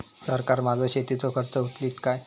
सरकार माझो शेतीचो खर्च उचलीत काय?